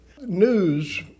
News